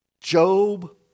Job